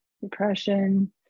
depression